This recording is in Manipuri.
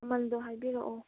ꯃꯃꯜꯗꯨ ꯍꯥꯏꯕꯤꯔꯛꯑꯣ